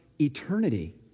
eternity